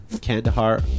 Kandahar